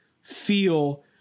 feel